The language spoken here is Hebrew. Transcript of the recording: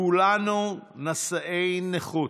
כולנו נשאי נכות,